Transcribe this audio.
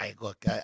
Look